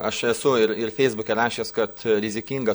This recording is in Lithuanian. aš esu ir ir feisbuke rašęs kad rizikinga